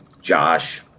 Josh